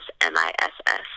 m-i-s-s